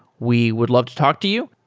we would love to talk to you.